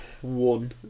One